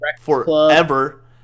forever